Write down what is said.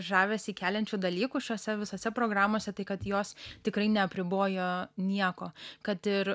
žavesį keliančių dalykų šiose visose programose tai kad jos tikrai neapribojo nieko kad ir